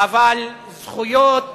אבל זכויות